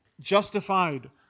justified